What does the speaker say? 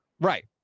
Right